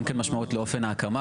גם כמשמעות לאופן ההקמה.